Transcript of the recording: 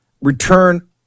Return